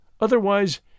otherwise